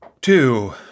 two